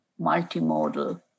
multimodal